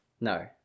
No